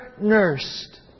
nursed